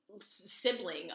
sibling